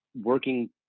working